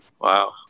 wow